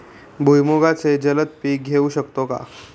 भुईमुगाचे जलद पीक घेऊ शकतो का?